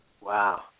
Wow